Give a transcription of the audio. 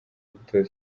gutoza